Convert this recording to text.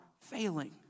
failing